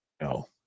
No